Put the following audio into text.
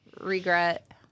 regret